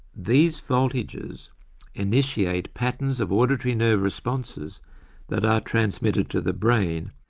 these voltages initiate patterns of auditory nerve responses that are transmitted to the brain,